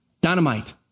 Dynamite